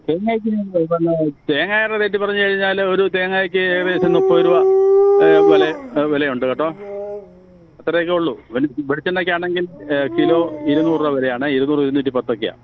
തേങ്ങയ്ക്ക് ഈ പറഞ്ഞത് പോലെ തേങ്ങയുടെ റേറ്റ് പറഞ്ഞുകഴിഞ്ഞാൽ ഒരു തേങ്ങയ്ക്ക് ഏകദേശം മുപ്പത് രൂപ വിലയേ വിലയുണ്ട് കേട്ടോ അത്രയൊക്കെയേ ഉള്ളൂ പിൻ വെളിച്ചെണ്ണയ്ക്കാണെങ്കിൽ കിലോ ഇരുനൂറ് രൂപ വിലയാണ് ഇരുനൂറ് ഇരുനൂറ്റി പത്ത് ഒക്കെയാണ്